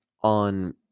on